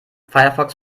firefox